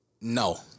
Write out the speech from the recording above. no